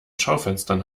schaufenstern